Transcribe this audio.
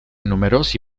numerosi